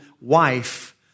wife